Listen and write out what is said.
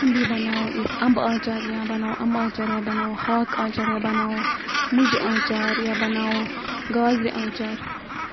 بیٚیہِ بَناوو أسۍ اَمبہٕ آنٛچار یا بَناوو اَمبہٕ آنٛچار یا بَناوو ہاکھ آنٛچار یا بَناوو مُجہِ آنٛچار یا بَناوو گازرِ آنٛچار